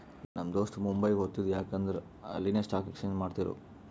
ನಮ್ ದೋಸ್ತ ಮುಂಬೈಗ್ ಹೊತ್ತಿದ ಯಾಕ್ ಅಂದುರ್ ಅಲ್ಲಿನೆ ಸ್ಟಾಕ್ ಎಕ್ಸ್ಚೇಂಜ್ ಮಾಡ್ತಿರು